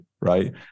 right